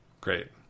Great